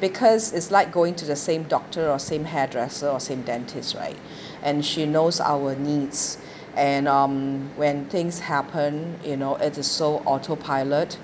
because it's like going to the same doctor or same hairdresser or same dentist right and she knows our needs and um when things happen you know it is so auto pilot